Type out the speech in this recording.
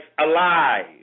alive